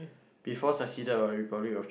before succeeded got republic of China